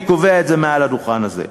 אני קובע את זה מעל הדוכן הזה.